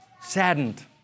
saddened